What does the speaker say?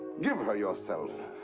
give her yourself!